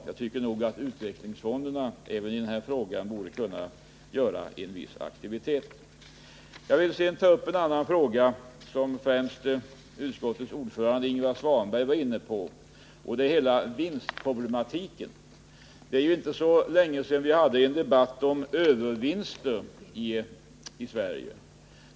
Jag tycker nog att utvecklingsfonderna även när det gäller denna fråga borde kunna bedriva viss aktivitet. Jag vill också ta upp en annan fråga, som främst utskottets ordförande Ingvar Svanberg var inne på, och det gäller hela vinstproblematiken. Det är inte så länge sedan vi i Sverige hade en debatt om övervinster.